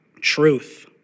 truth